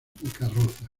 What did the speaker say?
carrozas